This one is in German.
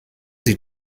sie